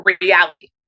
reality